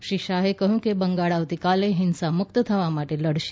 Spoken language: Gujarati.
શ્રી શાહે કહ્યું કે બંગાળ આવતીકાલે હિંસા મુક્ત થવા માટે લડશે